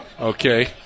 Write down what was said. okay